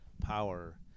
power